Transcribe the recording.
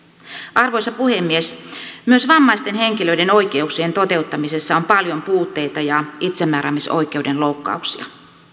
arvoisa puhemies myös vammaisten henkilöiden oikeuksien toteuttamisessa on paljon puutteita ja itsemääräämisoikeuden loukkauksia